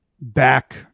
back